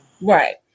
right